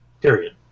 period